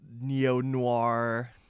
neo-noir